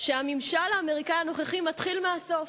שהממשל האמריקני הנוכחי מתחיל מהסוף.